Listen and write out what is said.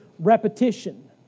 Repetition